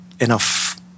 enough